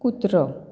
कुत्रो